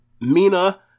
Mina